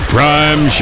Prime